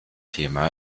thema